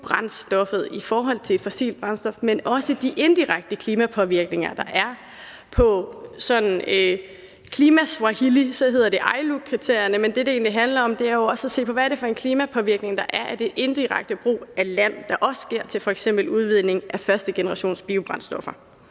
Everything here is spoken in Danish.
i forhold til fossilt brændstof. Man skal også se på de indirekte klimapåvirkninger, der er. På sådan klimaswahili hedder det ILUC-kriterierne, men det, det egentlig handler om, er jo også at se på, hvad det er for en klimapåvirkning, der er af det indirekte brug af land ved f.eks. udledning af førstegenerationsbiobrændstoffer.